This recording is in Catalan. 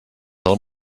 del